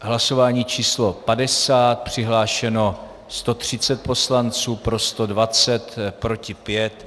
Hlasování číslo 50, přihlášeno 130 poslanců, pro 120, proti 5.